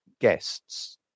guests